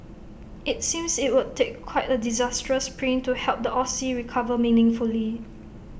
IT seems IT would take quite A disastrous print to help the Aussie recover meaningfully